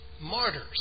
martyrs